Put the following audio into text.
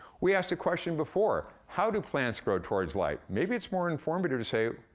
we asked a question before how do plants grow towards light? maybe it's more informative to say,